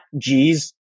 G's